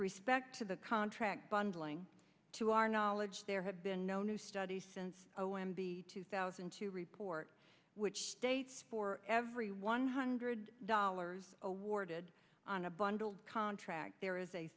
respect to the contract bundling to our knowledge there have been no new studies since o m b two thousand and two report which states for every one hundred dollars awarded on a bundled contract there is a